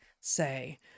say